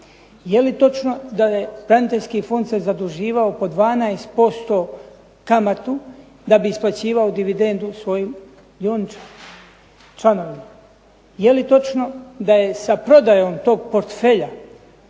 Je li točno da je braniteljski fond se zaduživao po 12% kamatu, da bi isplaćivao dividendu svojim dioničarima, članovima? Je li točno da je sa prodajom tog portfelja